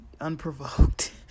unprovoked